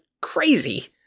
crazy